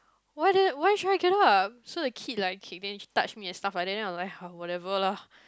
why di~ why should I get up so the kid like okay touch me and stuff like then I was like whatever lah